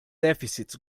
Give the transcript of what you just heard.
deficits